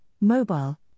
mobile